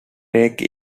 take